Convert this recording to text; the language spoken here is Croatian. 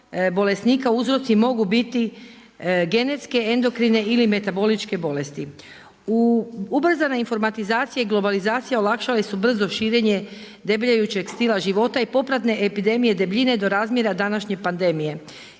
bolesnika uzroci mogu genetske, endokrine ili metaboličke bolesti. U ubrzana informatizacija i globalizacija olakšale su brzo širenje debljajućeg stila života i popratne epidemije debljine do razmjera današnje pandemije.